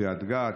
קריית גת,